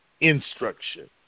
instruction